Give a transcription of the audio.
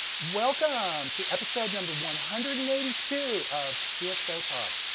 welcome to episode number one hundred and eighty two of cxotalk.